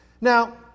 Now